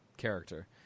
character